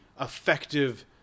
effective